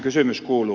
kysymys kuuluu